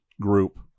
group